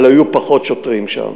אבל היו פחות שוטרים שם,